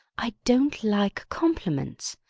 i don't like compliments,